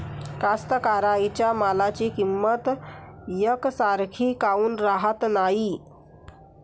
कास्तकाराइच्या मालाची किंमत यकसारखी काऊन राहत नाई?